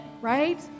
right